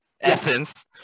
Essence